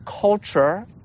culture